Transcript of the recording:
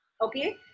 Okay